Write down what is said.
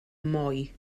moi